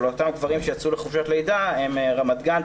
אותם גברים שיצאו לחופשת לידה הם רמת גן,